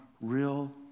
real